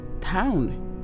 town